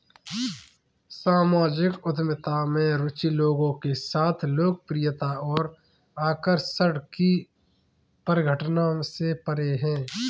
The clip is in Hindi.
सामाजिक उद्यमिता में रुचि लोगों के साथ लोकप्रियता और आकर्षण की परिघटना से परे है